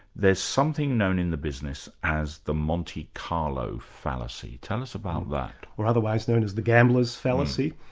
there's something known in the business as the monte carlo fallacy. tell us about that. or otherwise known as the gamblers' fallacy.